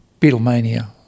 Beatlemania